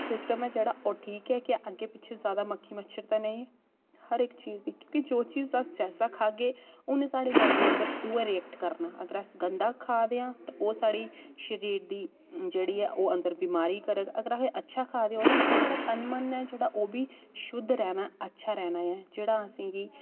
system ऐ जेह्ड़ा ओह् ठीक ऐ क्या अग्गें पिच्छें जैदा मक्खी मच्छर ते नेईं हर इक चीज क्योंकि जो चीज अस जैसा खाह्गे उ'न्नै साढ़ी बाड्डी अंदर उ'ऐ रिएक्ट करना अगर अस गंदा खा दे आं ओह् साढ़े शरीर दी जेह्ड़ी ऐ ओह् अंदर बमारी करग अगर अस अच्छा खा दे आं ओह्दे कन्नै साढ़ा तन मन ऐ जेह्ड़ा ओह् बी शुद्ध रौह्ना अच्छा रौह्ना ऐ जेह्ड़ा असें गी